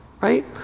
right